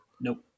Nope